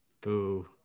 Boo